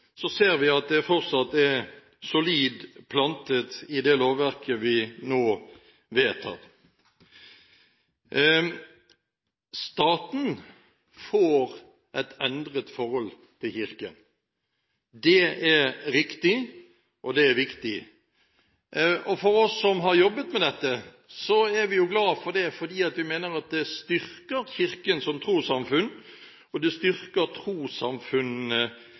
så ser vi at den fortsatt er solid plantet i det lovverket vi nå vedtar. Staten får et endret forhold til Kirken – det er riktig, og det er viktig. Vi som har jobbet med dette, er jo glad for det, fordi vi mener at det styrker Kirken som trossamfunn, det styrker trossamfunnene i Norge, og det